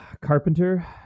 Carpenter